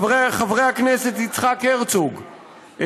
חבר הכנסת יצחק הרצוג,